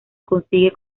consigue